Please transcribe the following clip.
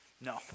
No